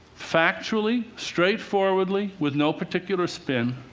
factually, straightforwardly, with no particular spin,